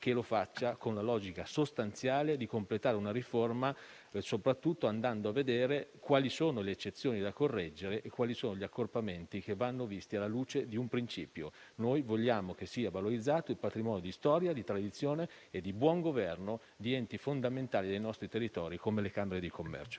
che debba farlo con la logica sostanziale di completare una riforma soprattutto andando a vedere quali sono le eccezioni da correggere e quali accorpamenti vanno visti alla luce del seguente principio: noi vogliamo che sia valorizzato il patrimonio di storia, di tradizione e di buon governo di enti fondamentali dei nostri territori come le camere di commercio.